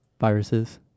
Viruses